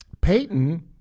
Peyton